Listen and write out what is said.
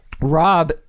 Rob